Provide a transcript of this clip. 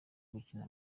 gukina